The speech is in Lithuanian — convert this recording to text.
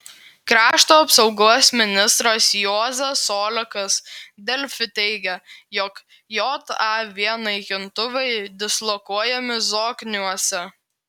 krašto apsaugos ministras juozas olekas delfi teigė jog jav naikintuvai dislokuojami zokniuose